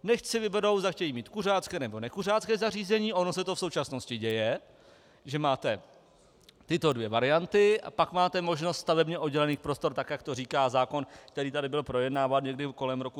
Nechť si vyberou, zda chtějí mít kuřácké, nebo nekuřácké zařízení, ono se to v současnosti děje, že máte tyto dvě varianty, a pak máte možnost stavebně oddělených prostor, tak jak to říká zákon, který tady byl projednáván někdy kolem roku 2007.